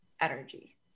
energy